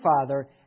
Father